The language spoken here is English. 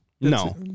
No